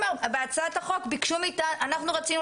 בהצעת החוק, אני חייבת לומר שאנחנו רצינו